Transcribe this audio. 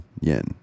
yen